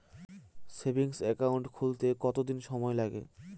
Savings account খুলতে কতদিন সময় লাগে?